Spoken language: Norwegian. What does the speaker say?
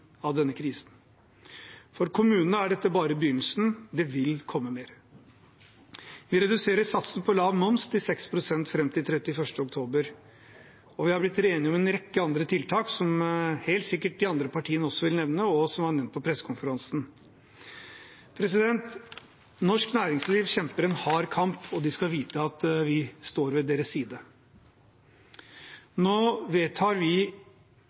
av denne krisen. For kommunene er dette bare begynnelsen. Det vil komme mer. Vi reduserer satsen på lav moms til 6 pst. fram til 31. oktober, og vi har blitt enige om en rekke andre tiltak, som de andre partiene helt sikkert også vil nevne, og som også ble nevnt på pressekonferansen. Norsk næringsliv kjemper en hard kamp, og de skal vite at vi står ved deres side. Nå vedtar vi